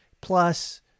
plus